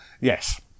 Yes